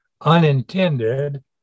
Unintended